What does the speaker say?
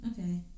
okay